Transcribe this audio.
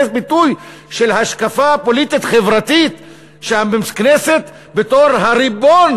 זה ביטוי של השקפה פוליטית חברתית שהכנסת בתור הריבון